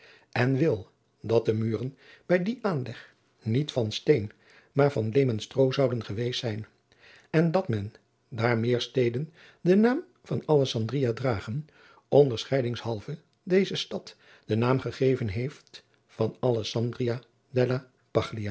en wil dat de muren bij dien aanleg niet van steen maar van leem en stroo zouden geweest zijn en dat adriaan loosjes pzn het leven van maurits lijnslager men daar meer steden den naam van alessandria dragen onderscheidingshalve deze stad den naam gegeven heeft van alessandria